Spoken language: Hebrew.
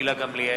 גילה גמליאל,